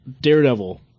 Daredevil